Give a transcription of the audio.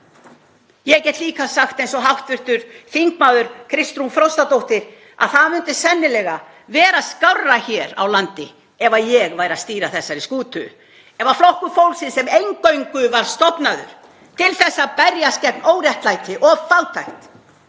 Ég get líka sagt eins og hv. þm. Kristrún Frostadóttir, að það myndi sennilega vera skárra hér á landi ef ég væri að stýra þessari skútu, ef Flokkur fólksins, sem eingöngu var stofnaður til að berjast gegn óréttlæti og fátækt,